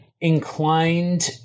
inclined